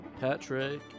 Patrick